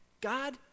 God